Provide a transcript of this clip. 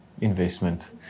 investment